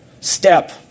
step